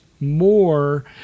more